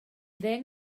ddeng